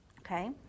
okay